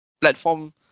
platform